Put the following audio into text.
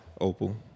Opal